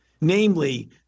namely